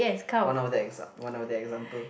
one of the exa~ one of the example